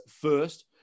first